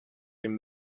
been